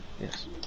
Yes